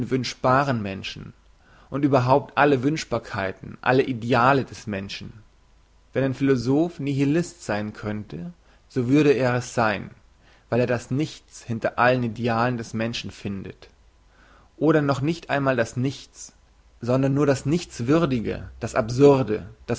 wünschbaren menschen und überhaupt alle wünschbarkeiten alle ideale des menschen wenn ein philosoph nihilist sein könnte so würde er es sein weil er das nichts hinter allen idealen des menschen findet oder noch nicht einmal das nichts sondern nur das nichtswürdige das absurde